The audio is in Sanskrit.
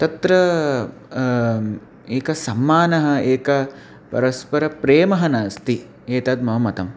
तत्र एकं सम्माननम् एकं परस्परप्रेम नास्ति एतद् मम मतम्